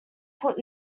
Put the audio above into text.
put